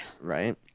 Right